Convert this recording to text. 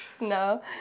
No